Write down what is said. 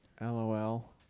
LOL